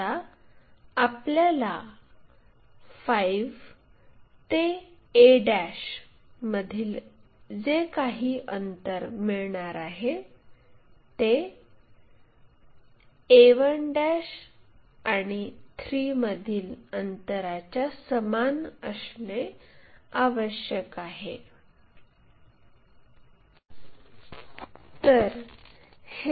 आता आपल्याला 5 ते a मधील जे काही अंतर मिळणार आहे ते a1' आणि 3 मधील अंतराच्या समान असणे आवश्यक आहे